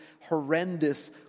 horrendous